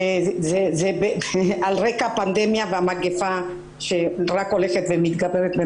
על רקע הפנדמיה והמגפה שרק הולכת ומתגברת.